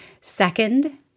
Second